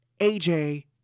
AJ